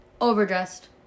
Overdressed